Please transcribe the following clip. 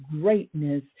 greatness